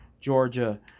Georgia